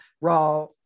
raw